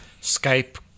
Skype